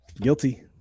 Guilty